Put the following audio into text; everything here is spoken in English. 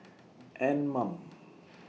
Anmum